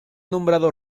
nombrado